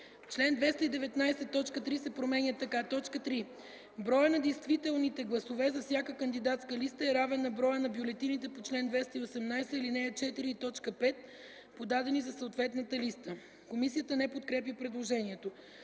чл. 219 т. 3 се променя така: „3. броят на действителните гласове за всяка кандидатска листа е равен на броя на бюлетините по чл. 218, ал. 4, т. 5, подадени за съответната листа”. Комисията не подкрепя предложението.